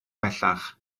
bellach